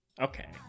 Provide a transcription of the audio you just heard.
Okay